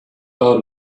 out